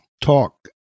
talk